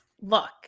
Look